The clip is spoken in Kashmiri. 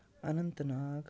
اننت ناگ